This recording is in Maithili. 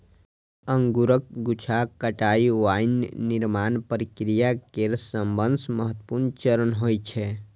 अंगूरक गुच्छाक कटाइ वाइन निर्माण प्रक्रिया केर सबसं महत्वपूर्ण चरण होइ छै